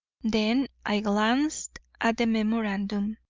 then i glanced at the memorandum.